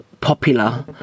popular